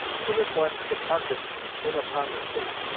so that, when hipparchus came upon the scene,